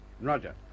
Roger